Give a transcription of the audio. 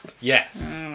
Yes